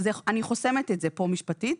אני חוסמת את זה פה משפטית.